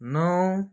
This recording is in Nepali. नौ